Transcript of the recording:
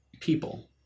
people